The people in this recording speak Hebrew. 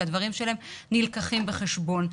שהדברים שלהם נלקחים בחשבון.